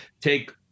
take